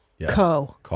Co